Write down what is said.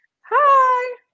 Hi